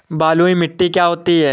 बलुइ मिट्टी क्या होती हैं?